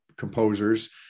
composers